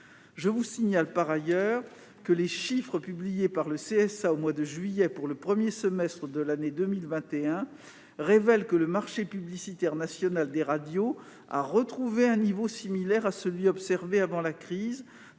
Je vous signale par ailleurs que les chiffres publiés par le Conseil supérieur de l'audiovisuel (CSA) au mois de juillet, pour le premier semestre de l'année 2021 révèlent que le marché publicitaire national des radios a retrouvé un niveau similaire à celui observé avant la crise,